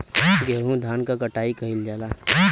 गेंहू धान क कटाई कइल जाला